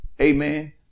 Amen